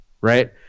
Right